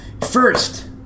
first